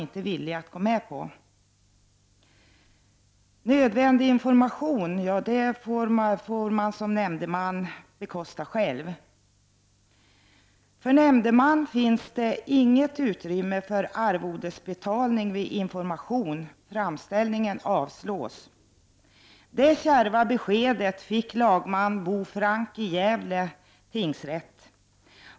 Nödvändig information får nämndemannen bekosta själv. För nämndemän finns det ”inget utrymme för arvodesbetalning vid information ——-. Framställningen avslås.” Detta kärva besked fick lagman Bo Frank vid Gävle tingsrätt.